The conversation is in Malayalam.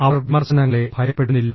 അവർ വിമർശനങ്ങളെ ഭയപ്പെടുന്നില്ല